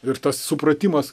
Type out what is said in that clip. ir tas supratimas